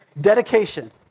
Dedication